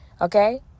Okay